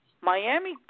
Miami